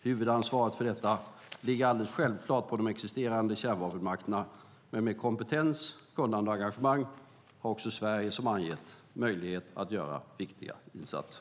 Huvudansvaret för detta ligger alldeles självklart på de existerande kärnvapenmakterna, men med kompetens, kunnande och engagemang har också Sverige, som jag angett, möjlighet att göra viktiga insatser.